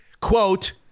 Quote